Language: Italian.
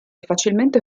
facilmente